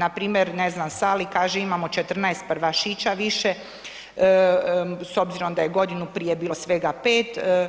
Npr. ne znam, Sali kaže imamo 14 prvašića više s obzirom da je godinu prije bilo svega 5,